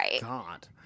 God